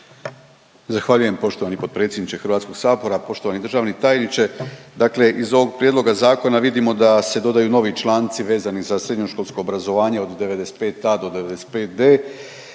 Zahvaljujem poštovani potpredsjedniče HS-a, poštovani državni tajniče. Dakle iz ovog Prijedloga zakona vidimo da se dodaju novi članci vezani za srednjoškolsko obrazovanje od 95.a do 95.d